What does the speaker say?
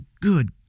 good